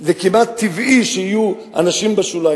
זה כמעט טבעי שיהיו אנשים בשוליים.